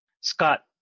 Scott